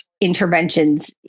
interventions